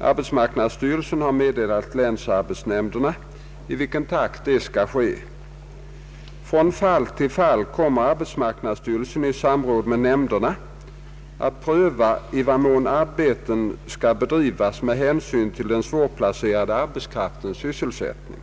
Arbetsmarknadsstyrelsen har meddelat länsarbetsnämnderna i vilken takt detta skall ske. Från fall till fall kommer arbetsmarknadsstyrelsen i samråd med nämnderna att pröva i vad mån arbeten skall bedrivas med hänsyn till den svårplacerade arbetskraftens sysselsättning.